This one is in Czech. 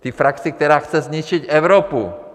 Té frakci, která chce zničit Evropu.